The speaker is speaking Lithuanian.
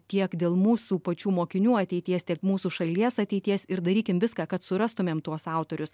tiek dėl mūsų pačių mokinių ateities tiek mūsų šalies ateities ir darykim viską kad surastumėm tuos autorius